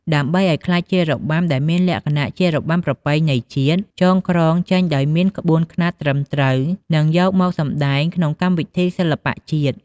ដើម្បីឱ្យក្លាយជារបាំដែលមានលក្ខណៈជារបាំប្រពៃណីជាតិ ចងក្រងចេញដោយមានក្បួនខ្នាតត្រឹមត្រូវ និងយកមកសម្ដែងក្នុងកម្មវិធីសិល្បៈជាតិ។